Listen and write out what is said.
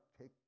take